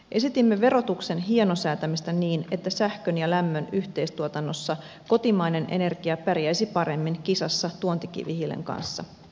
esitimme verotuksen hienosäätämistä niin että sähkön ja lämmön yhteistuotannossa kotimainen energia pärjäisi paremmin kisassa tuontikivihiilen kanssa